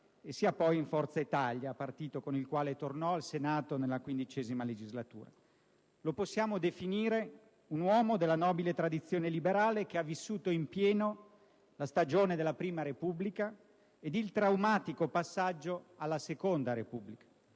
sia poi in Forza Italia, partito con il quale tornò in Parlamento al Senato, nella XV legislatura. Lo possiamo definire un uomo della nobile tradizione liberale, che ha vissuto in pieno la stagione della prima Repubblica ed il traumatico passaggio alla seconda Repubblica: